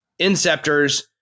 Inceptors